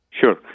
Sure